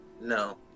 No